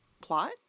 Plot